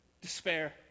despair